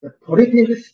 political